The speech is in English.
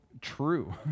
true